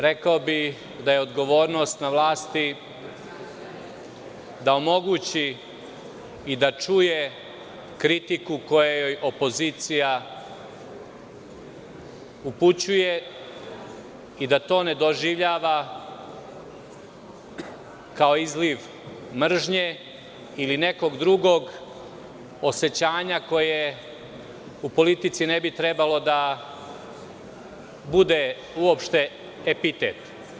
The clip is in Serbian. Rekao bih da je odgovornost na vlasti da omogući i da čuje kritiku koju joj opozicija upućuje i da to ne doživljava kao izliv mržnje ili nekog drugog osećanja koje u politici ne bi trebalo da bude uopšte epitet.